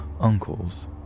uncles